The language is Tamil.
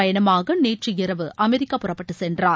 பயணமாக நேற்ற இரவு அமெரிக்கா புறப்பட்டு சென்றார்